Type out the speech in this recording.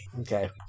Okay